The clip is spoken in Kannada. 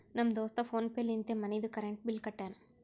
ನಮ್ ದೋಸ್ತ ಫೋನ್ ಪೇ ಲಿಂತೆ ಮನಿದು ಕರೆಂಟ್ ಬಿಲ್ ಕಟ್ಯಾನ್